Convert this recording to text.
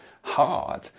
hard